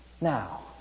Now